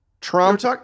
Trump